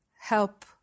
help